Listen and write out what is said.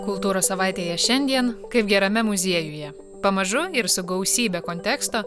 kultūros savaitėje šiandien kaip gerame muziejuje pamažu ir su gausybe konteksto